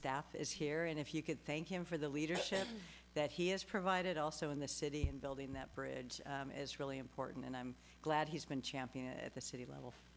staff is here and if you could thank him for the leadership that he has provided also in this city and building that bridge is really important and i'm glad he's been champing at the city level